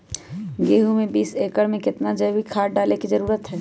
गेंहू में बीस एकर में कितना जैविक खाद डाले के जरूरत है?